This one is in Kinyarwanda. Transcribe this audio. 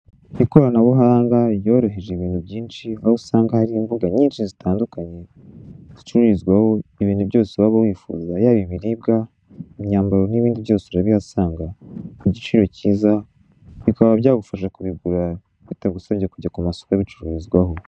Ikoranabuhanga ryoroheje ibintu byinshi, aho usanga hari imbuga nyinshi zitandukanye zicururizwaho ibintu byose waba wifuza yaba ibiribwa, imyambaro n'ibindi byose urabihasanga, ku giciro cyiza bikaba byagufasha kubigura bitagusabye kujya ku masoko abicururizwaho.